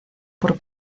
por